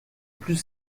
plus